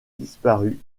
disparu